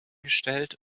gestellt